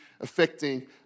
affecting